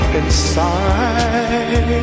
inside